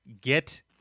get